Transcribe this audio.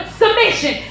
submission